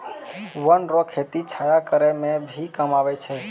वन रो खेती छाया करै मे भी काम आबै छै